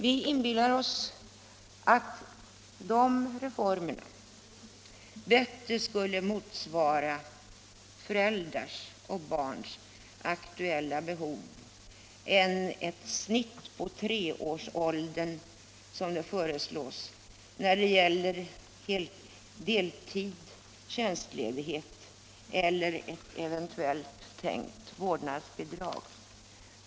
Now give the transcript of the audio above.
Vi inbillar oss att de reformerna bättre skulle motsvara föräldrars och barns aktuella behov än ett snitt på treårsåldern, som det föreslås när det gäller delvis tjänstledighet, deltid eller ett eventuellt tänkt vårdnadsbidrag.